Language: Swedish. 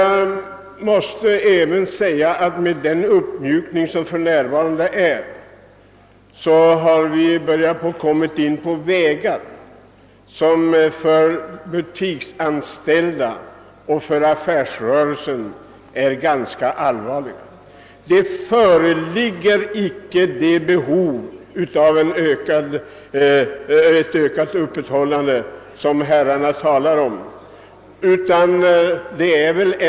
Genom den uppmjukning av lagen som skett har vi börjat komma in på vägar som är allvarliga för de affärsanställda och handeln. Det behov av ökat öppethållande som herrarna talar om föreligger icke.